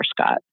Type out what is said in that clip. Scott